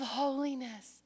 holiness